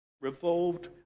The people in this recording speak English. revolved